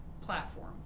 platform